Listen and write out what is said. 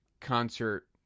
concert